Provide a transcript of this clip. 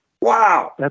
Wow